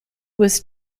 was